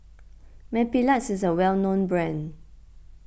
Mepilex is a well known brand